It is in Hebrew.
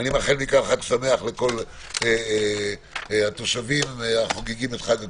אני מאחל מכאן חג שמח לכל התושבים החוגגים את חג הקורבן.